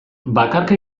bakarka